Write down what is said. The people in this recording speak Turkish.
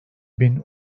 bin